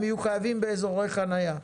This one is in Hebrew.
הן יהיו חייבות באזורי חניה.